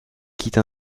quitte